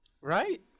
Right